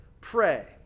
pray